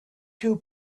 two